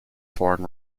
foreign